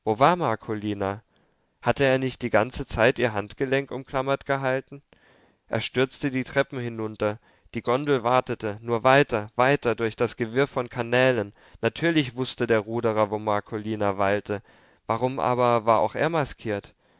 war marcolina hatte er nicht die ganze zeit ihr handgelenk umklammert gehalten er stürzte die treppen hinunter die gondel wartete nur weiter weiter durch das gewirr von kanälen natürlich wußte der ruderer wo marcolina weilte warum aber war auch er maskiert